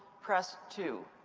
press two.